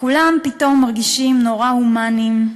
וכולם פתאום מרגישים נורא הומניים,